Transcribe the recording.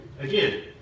Again